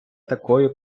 такою